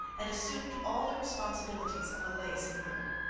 and assumed all the responsibilities of a lay seigneur.